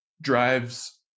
drives